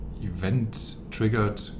event-triggered